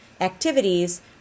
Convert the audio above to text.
activities